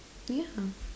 yeah